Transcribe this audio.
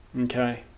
okay